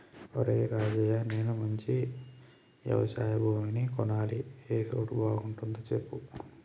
ఒరేయ్ రాజయ్య నేను మంచి యవశయ భూమిని కొనాలి ఏ సోటు బాగుంటదో సెప్పు